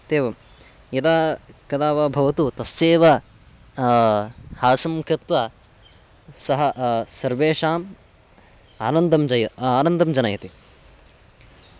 इत्येवं यदा कदा वा भवतु तस्यैव हासं कृत्वा सः सर्वेषाम् आनन्दं जय आनन्दं जनयति